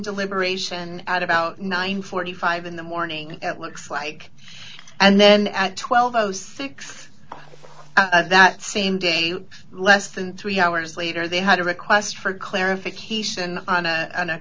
to liberation out about nine forty five in the morning it looks like and then at twelve o six that same day less than three hours later they had a request for clarification on a